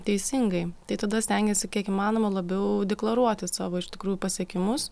teisingai tai tada stengiesi kiek įmanoma labiau deklaruoti savo iš tikrųjų pasiekimus